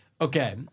Okay